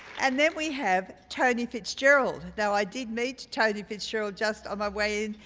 and then we have tony fitzgerald. now i did meet tony fitzgerald just on my way in,